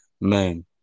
man